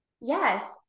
Yes